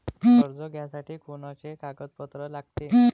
कर्ज घ्यासाठी कोनचे कागदपत्र लागते?